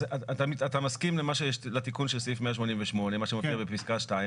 אז אתה מסכים לתיקון של סעיף 188 מה שמופיע בפסקה 2,